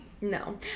No